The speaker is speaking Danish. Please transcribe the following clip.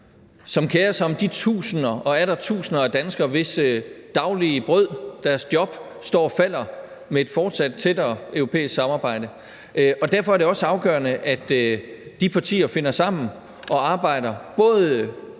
som kerer sig om de tusinder og atter tusinder af danskere, hvis daglige brød, job, står og falder med et fortsat tættere europæisk samarbejde. Derfor er det også afgørende, at de partier finder sammen og arbejder både